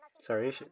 Sorry